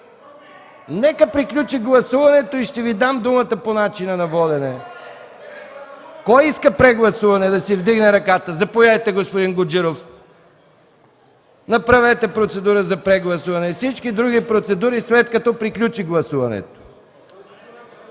Нека приключи гласуването и ще Ви дам думата по начина на водене. Кой иска прегласуване? Господин Гуджеров, направете процедура за прегласуване. Всички други процедури след като приключи гласуването.